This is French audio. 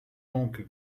donc